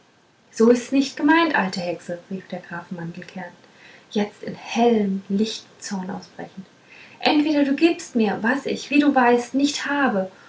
so ist's nicht gemeint alte hexe rief der graf mandelkern jetzt in hellen lichten zorn ausbrechend entweder du gibst mir was ich wie du weißt nicht habe